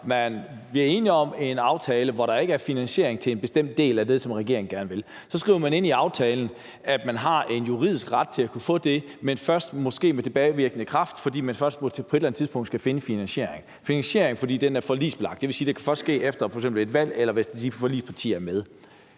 enige om en aftale, hvor der ikke er finansiering til en bestemt del af det, som regeringen gerne vil. Så skriver man ind i aftalen, at der er en juridisk ret til at kunne få det, men først måske med tilbagevirkende kraft, fordi man først på et eller andet senere tidspunkt skal finde en finansiering, fordi det er forligsbelagt. Det vil sige, at det først kan ske efter f.eks. et valg, eller hvis de forligspartier er med.